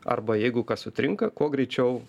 arba jeigu kas sutrinka kuo greičiau